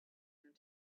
and